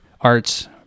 arts